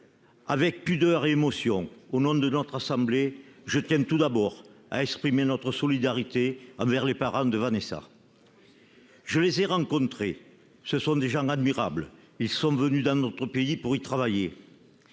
Avec pudeur et émotion, au nom de notre assemblée, je tiens tout d'abord à exprimer notre solidarité aux parents de Vanesa. Je les ai rencontrés. Ce sont des gens admirables, qui sont venus dans notre pays pour travailler.